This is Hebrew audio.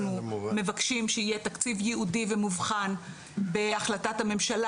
אנחנו מבקשים שיהיה תקציב ייעודי ומובחן בהחלטת הממשלה,